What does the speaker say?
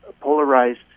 polarized